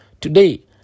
today